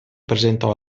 presentò